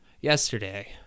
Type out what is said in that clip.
yesterday